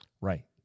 Right